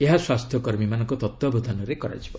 ଏହା ସ୍ପାସ୍ଥ୍ୟକର୍ମୀମାନଙ୍କ ତତ୍ତ୍ୱାବଧାନରେ କରାଯିବ